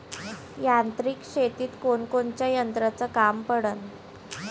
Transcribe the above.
यांत्रिक शेतीत कोनकोनच्या यंत्राचं काम पडन?